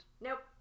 Nope